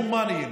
הומניים.